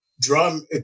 Drum